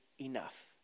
enough